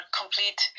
complete